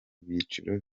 byiciro